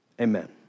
amen